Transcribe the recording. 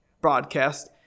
broadcast